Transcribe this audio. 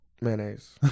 Mayonnaise